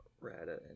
Rata